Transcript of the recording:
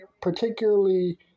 particularly